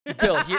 Bill